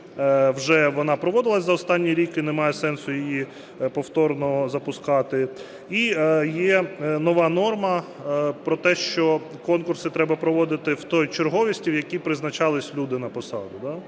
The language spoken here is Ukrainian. вже вона проводилася за останній рік, і немає сенсу її повторно запускати. І є нова норма про те, що конкурси треба проводити в тій черговості, в якій призначалися люди на посаду.